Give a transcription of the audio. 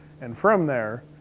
and from there,